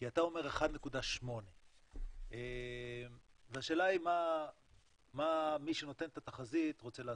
כי אתה אומר 1.8 והשאלה מה מי שנותן את התחזית רוצה לעשות.